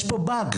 יש פה באג.